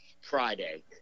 Friday